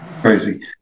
Crazy